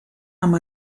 amb